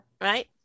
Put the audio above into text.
Right